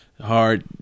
Hard